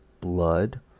Blood